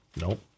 Nope